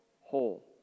whole